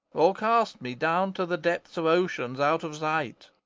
or cast me down to the depths of ocean out of sight.